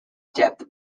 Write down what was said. debt